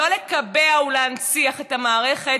ולא לקבע ולהנציח את המערכת,